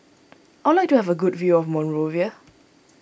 I would like to have a good view Monrovia